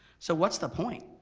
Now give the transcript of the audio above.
so what's the point?